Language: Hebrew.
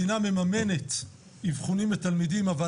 אמנם המדינה מממנת אבחונים לתלמידים אבל